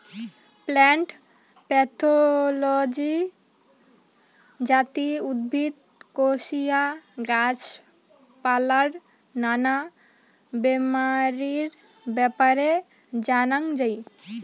plant pathology যাতি উদ্ভিদ, কোশিয়া, গাছ পালার নানা বেমারির ব্যাপারে জানাঙ যাই